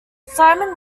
simon